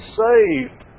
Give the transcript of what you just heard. saved